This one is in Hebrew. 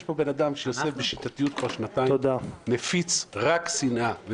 יש פה בן אדם שעוסק בשיטתיות כבר שנתיים בהפצת רק שנאה.